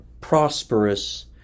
prosperous